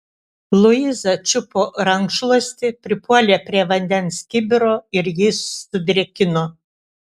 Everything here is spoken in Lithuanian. luiza čiupo rankšluostį pripuolė prie vandens kibiro ir jį sudrėkino